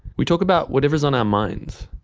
we talk about whatever is on our minds.